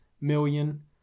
million